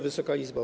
Wysoka Izbo!